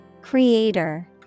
Creator